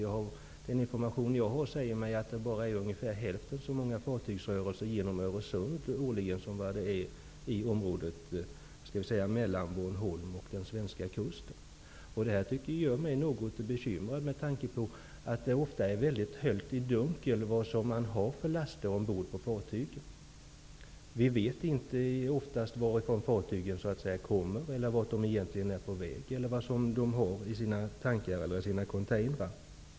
Enligt den information som jag har, är det årligen bara ungefär hälften så många fartygsrörelser i Öresundsområdet som i området mellan Bornholm och den svenska kusten. Det gör mig något bekymrad, eftersom det ofta är höljt i dunkel vilka laster som finns ombord på fartygen. Ofta vet vi inte varifrån fartygen kommer eller vart de egentligen är på väg. Vi vet inte heller vad de har i sina tankar eller containrar.